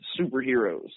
superheroes